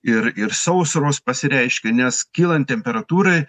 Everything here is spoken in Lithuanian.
ir ir sausros pasireiškė nes kylant temperatūrai